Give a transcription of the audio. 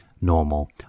normal